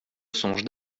songe